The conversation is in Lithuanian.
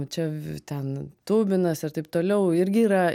čia ten tuminas ir taip toliau irgi yra